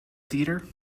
theater